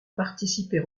participer